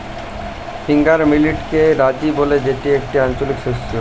finger মিলেটকে রাজি ব্যলে যেটি একটি আঞ্চলিক শস্য